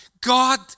God